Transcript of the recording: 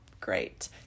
Great